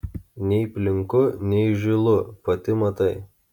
nei plinku nei žylu pati matai